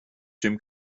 jim